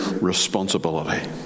responsibility